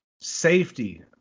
safety